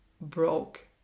broke